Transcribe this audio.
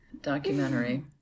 documentary